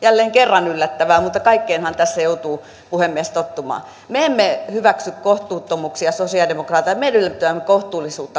jälleen kerran hieman yllättävää mutta kaikkeenhan tässä joutuu puhemies tottumaan me sosialidemokraatit emme hyväksy kohtuuttomuuksia me edellytämme kohtuullisuutta